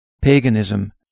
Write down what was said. Paganism